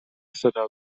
صدا